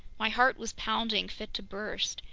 my heart was pounding fit to burst.